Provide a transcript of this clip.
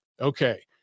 okay